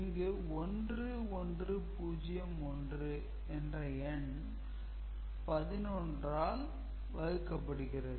இங்கு 1 1 0 1 என்ற எண் 1 1 ஆல் வகுக்கப்படுகிறது